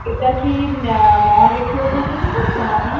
এটা কি মহালক্ষ্মী হোটেল থেকে বলছেন আপনি